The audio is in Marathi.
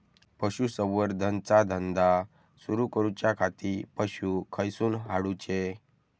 पशुसंवर्धन चा धंदा सुरू करूच्या खाती पशू खईसून हाडूचे?